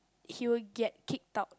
he will get kicked out